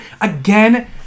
Again